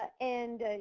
ah and